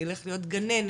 אני אלך להיות גננת,